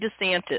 DeSantis